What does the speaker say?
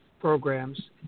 programs